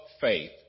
faith